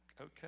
okay